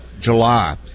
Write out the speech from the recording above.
July